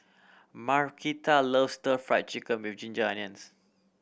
Markita loves Stir Fry Chicken with ginger onions